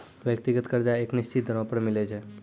व्यक्तिगत कर्जा एक निसचीत दरों पर मिलै छै